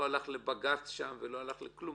לא הלך לבג"ץ ולא כלום